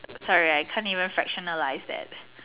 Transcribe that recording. sorry I can't even fractionalize that